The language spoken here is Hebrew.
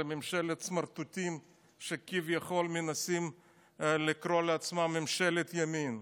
על ממשלת הסמרטוטים שכביכול מנסים לקרוא לעצמם ממשלת ימין: